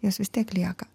jos vis tiek lieka